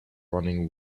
running